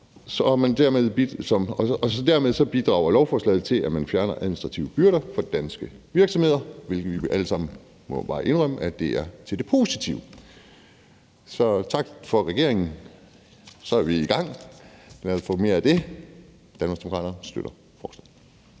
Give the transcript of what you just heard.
Dermed bidrager lovforslaget til, at man fjerner administrative byrder for danske virksomheder, hvilket vi vel alle sammen bare må indrømme er til det positive. Så tak til regeringen. Så er vi i gang. Lad os få mere af det. Danmarksdemokraterne støtter forslaget.